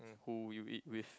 who you eat with